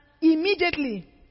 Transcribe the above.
immediately